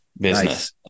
business